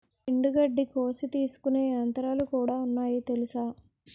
ఎండుగడ్డి కోసి తీసుకునే యంత్రాలుకూడా ఉన్నాయి తెలుసా?